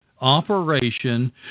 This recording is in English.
operation